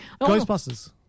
Ghostbusters